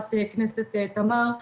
לחברת הכנסת תמר,